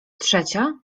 trzecia